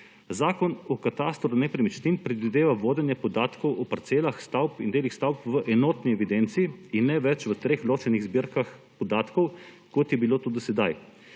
Zakon o katastru nepremičnin predvideva vodenje podatkov o parcelah, stavbah in delih stavb v enotni evidenci in ne več v treh ločenih zbirkah podatkov, kot je bilo to do sedaj,